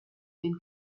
den